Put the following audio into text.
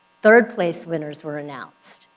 third place winners were announced,